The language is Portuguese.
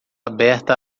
aberta